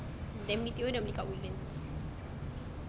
then B_T_O nak beli kat woodlands